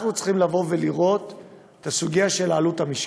אנחנו צריכים לראות את הסוגיה של העלות המשקית,